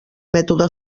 mètode